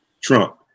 Trump